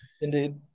Indeed